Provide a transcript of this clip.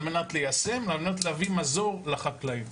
על מנת ליישם ועל מנת להביא מזור לחקלאים.